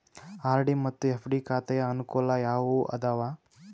RD ಮತ್ತು FD ಖಾತೆಯ ಅನುಕೂಲ ಯಾವುವು ಅದಾವ?